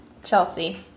chelsea